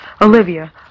Olivia